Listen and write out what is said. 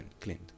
cleaned